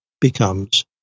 becomes